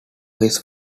his